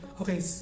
Okay